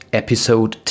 episode